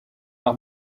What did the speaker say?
par